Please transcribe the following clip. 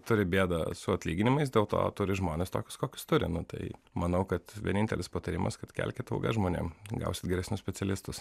turi bėdą su atlyginimais dėl to turi žmones tokius kokius turi nu tai manau kad vienintelis patarimas kad kelkit algas žmonėm gausit geresnius specialistus